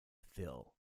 phil